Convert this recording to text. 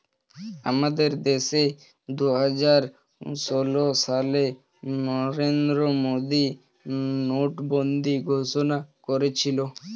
আমাদের দেশে দুহাজার ষোল সালে নরেন্দ্র মোদী নোটবন্দি ঘোষণা করেছিল